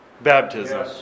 baptism